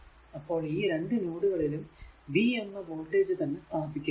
അപ്പോൾ ഈ 2 നോഡുകളിലും v എന്ന വോൾടേജ് തന്നെ സ്ഥാപിക്കപ്പെടുന്നു